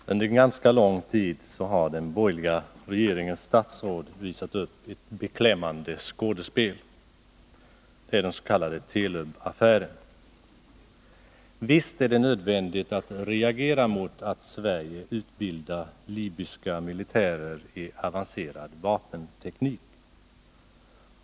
Fru talman! Under en ganska lång tid har den borgerliga regeringens statsråd visat upp ett beklämmande skådespel. Det gäller den s.k. Telubaffären. Visst är det nödvändigt att reagera mot att Sverige utbildar libyska militärer i avancerad vapenteknik.